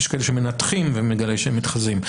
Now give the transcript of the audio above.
יש כאלה שמנתחים ואתה מגלה שהם מתחזים.